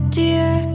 dear